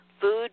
food